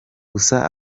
gusa